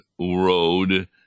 road